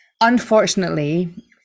unfortunately